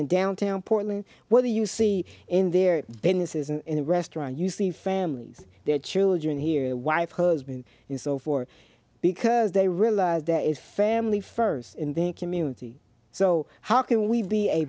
in downtown portland where you see in their businesses and in a restaurant you see families their children here wife husband is all for because they realize that is family first in the community so how can we be a